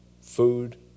food